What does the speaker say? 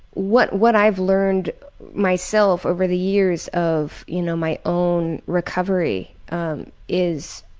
what what i've learned myself over the years of you know my own recovery is